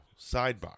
sidebar